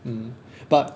mm but